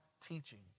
teaching